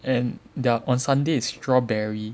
and their on Sunday is strawberry